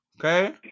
okay